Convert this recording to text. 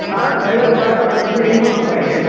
ಹಾಂ ಡ್ರೈವರ್ ಬಾಟ ಬರ್ತದೆ ಎಂಟ್ನೂರು ರುಪಾಯಿ